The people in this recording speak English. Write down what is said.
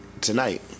tonight